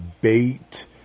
Bait